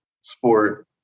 sport